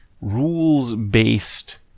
rules-based